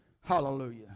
Hallelujah